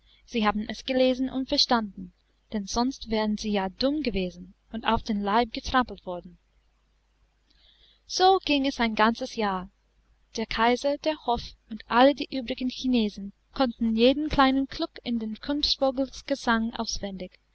sie haben es gelesen und verstanden denn sonst wären sie ja dumm gewesen und auf den leib getrampelt worden so ging es ein ganzes jahr der kaiser der hof und alle die übrigen chinesen konnten jeden kleinen kluck in des kunstvogels gesang auswendig